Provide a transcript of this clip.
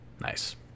Nice